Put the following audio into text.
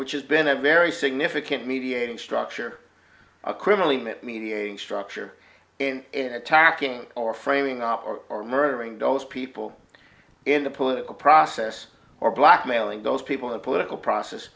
which has been a very significant mediating structure a criminally knit mediating structure and in attacking or framing up or murdering those people in the political process or blackmailing those people in the political process